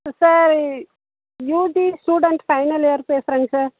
sir UG student final year பேசுகிறேங்க sir